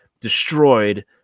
destroyed